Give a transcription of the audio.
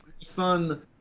son